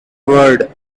ward